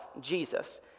Jesus